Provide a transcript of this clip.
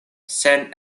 sen